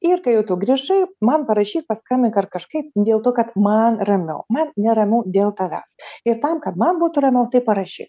ir kai jau tu grįžai man parašyk paskambink ar kažkaip dėl to kad man ramiau man neramiau dėl tavęs ir tam kad man būtų ramiau tai parašyk